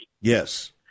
Yes